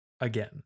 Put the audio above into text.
again